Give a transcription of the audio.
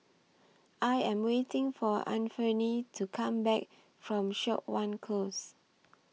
I Am waiting For Anfernee to Come Back from Siok Wan Close